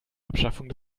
abschaffung